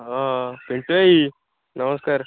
ହଁ ପିଣ୍ଟୁ ଭାଇ ନମସ୍କାର